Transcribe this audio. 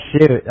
shoot